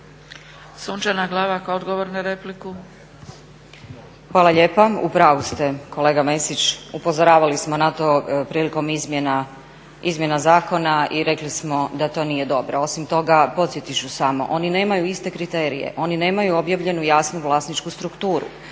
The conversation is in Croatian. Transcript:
Sunčana Glavak odgovor na repliku.